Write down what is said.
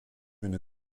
une